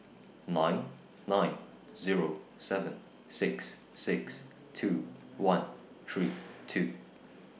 nine nine Zero seven six six two one three two